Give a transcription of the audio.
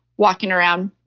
walking around.